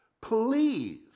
Please